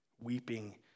weeping